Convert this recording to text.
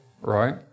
right